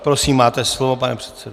Prosím, máte slovo, pane předsedo.